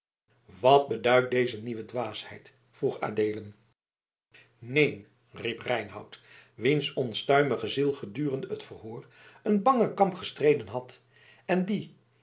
wat beduidt deze nieuwe dwaasheid vroeg adeelen neen riep reinout wiens onstuimige ziel gedurende het verhoor een bangen kamp gestreden had en die